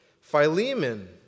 Philemon